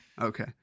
okay